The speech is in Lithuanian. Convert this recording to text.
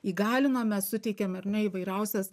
įgalino mes suteikiame ar ne įvairiausias